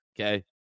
Okay